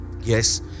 Yes